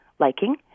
liking